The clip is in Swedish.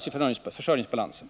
finansplanens försörjningsbalans.